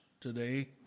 today